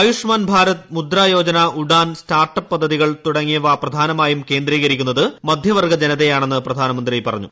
Ayushman Bharat Mudra Yojana Udan startup പദ്ധതികൾ തുടങ്ങിയവ പ്രധാനമായും കേന്ദ്രീകരിക്കുന്നത് മധ്യവർഗ്ഗ ജനതയാണെന്ന് പ്രധാനമന്ത്രി പറഞ്ഞു